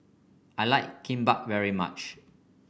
I like Kimbap very much